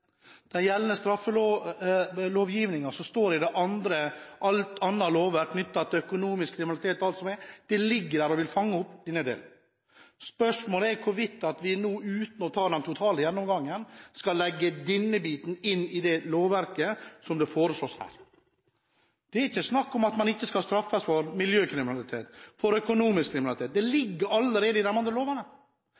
gjeldende straffelovgivningen som står i alt annet lovverk knyttet til økonomisk kriminalitet og alt som er, ligger der og vil fange opp denne delen. Spørsmålet er hvorvidt vi nå, uten å ta en total gjennomgang, skal legge denne biten inn i det lovverket, som det foreslås her. Det er ikke snakk om at man ikke skal straffes for miljøkriminalitet, for økonomisk kriminalitet. Det